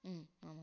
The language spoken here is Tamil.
ம் ஆமாங்க